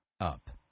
up